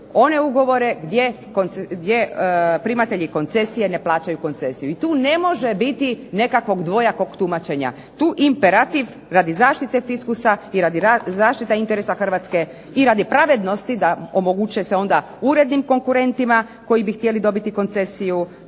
one ugovore gdje primatelji koncesije ne plaćaju koncesiju i tu ne može biti nekakvog dvojakog tumačenja. Tu imperativ radi zaštite fiskusa i radi zaštita interesa Hrvatske i radi pravednosti da omoguće se onda urednim konkurentima koji bi htjeli dobiti koncesiju